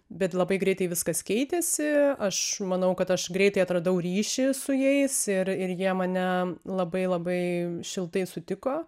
bet labai greitai viskas keitėsi aš manau kad aš greitai atradau ryšį su jais ir ir jie mane labai labai šiltai sutiko